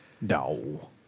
No